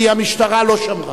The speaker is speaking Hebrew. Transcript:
כי המשטרה לא שמרה.